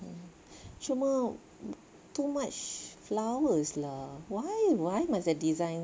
mmhmm cuma too much flowers lah why why must their designs